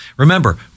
Remember